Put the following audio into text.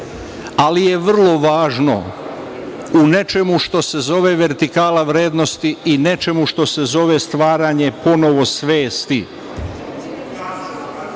ali je vrlo važno u nečemu što se zove vertikala vrednosti i nečemu što se zove stvaranje ponovo svesti.